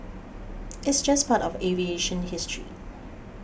it's just part of aviation history